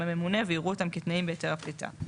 הממונה ויראו אותם כתנאים בהיתר הפליטה,